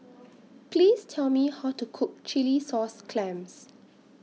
Please Tell Me How to Cook Chilli Sauce Clams